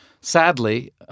Sadly